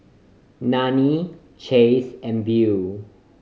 Nannie Chace and Beau